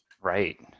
Right